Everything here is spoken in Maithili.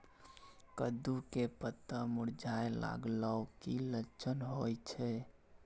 कद्दू के पत्ता मुरझाय लागल उ कि लक्षण होय छै?